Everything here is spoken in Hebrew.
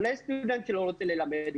אולי יש סטודנט שלא רוצה ללמד,